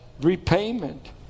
repayment